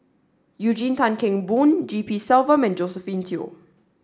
Eugene Tan Kheng Boon G P Selvam and Josephine Teo